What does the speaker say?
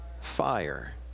fire